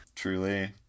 Truly